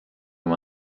oma